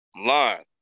line